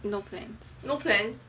no plans